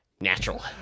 Natural